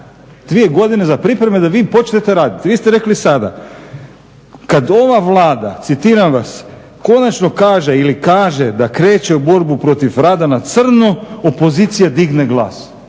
Dvije godine za pripreme da vi počnete raditi. Vi ste rekli sada kad ova Vlada, citiram vas konačno kaže ili kaže da kreće u borbu protiv rada na crno, opozicija digne glas.